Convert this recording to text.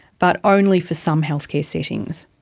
but only for some healthcare settings.